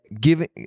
giving